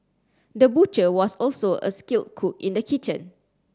the butcher was also a skilled cook in the kitchen